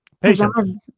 Patience